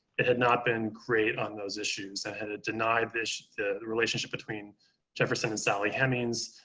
it had not been great on those issues and had denied this relationship between jefferson and sally hemings.